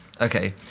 Okay